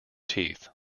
teeth